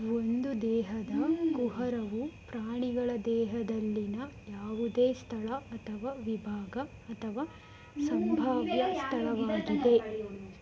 ಒಂದು ದೇಹದ ಕುಹರವು ಪ್ರಾಣಿಗಳ ದೇಹದಲ್ಲಿನ ಯಾವುದೇ ಸ್ಥಳ ಅಥವಾ ವಿಭಾಗ ಅಥವಾ ಸಂಭಾವ್ಯ ಸ್ಥಳವಾಗಿದೆ